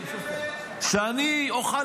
אני יכול לומר שיבוא היום שאני אוכל